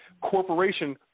corporation